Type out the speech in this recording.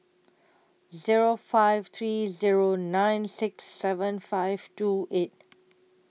Zero five three Zero nine six seven five two eight